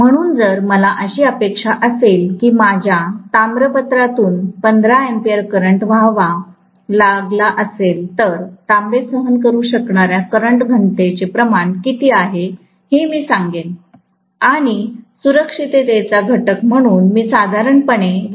म्हणून जर मला अशी अपेक्षा असेल कीमाझ्या ताम्रपात्रातून 15 A करंट वहावा लागला असेल तर तांबे सहन करू शकणार्या करंट घनतेचे प्रमाण किती आहे हे मी सांगेन आणि सुरक्षिततेचा घटक म्हणून मी साधारणपणे 1